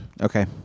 Okay